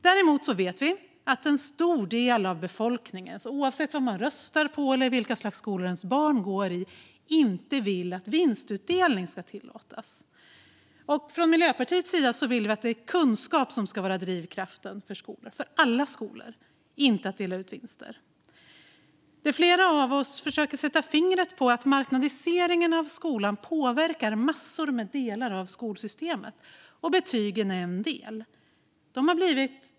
Däremot vet vi att en stor del av befolkningen - oavsett vad man röstar på eller vilket slags skolor ens barn går i - inte vill att vinstutdelning ska tillåtas. Från Miljöpartiets sida vill vi att kunskap ska vara drivkraften för alla skolor - inte att dela ut vinster. Det som flera av oss försöker sätta fingret på är att marknadiseringen av skolan påverkar många delar av skolsystemet, och betygen är en del.